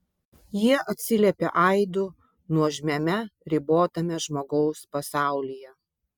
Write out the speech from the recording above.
jie atsiliepia aidu nuožmiame ribotame žmogaus pasaulyje